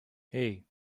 hey